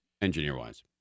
engineer-wise